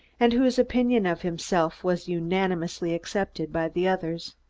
and whose opinion of himself was unanimously accepted by the others.